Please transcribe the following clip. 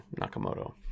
Nakamoto